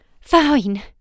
Fine